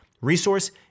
resource